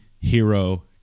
hero